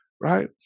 right